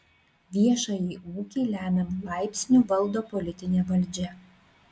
viešąjį ūkį lemiamu laipsniu valdo politinė valdžia